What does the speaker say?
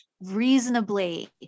reasonably